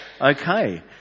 Okay